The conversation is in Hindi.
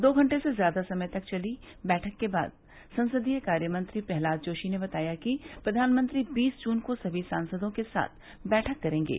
दो घंटे से ज़्यादा समय तक चली बैठक के बाद संसदीय कार्यमंत्री प्रह्लाद जोशी ने बताया कि प्रधानमंत्री बीस जून को सभी सांसदों के साथ बैठक करेंगे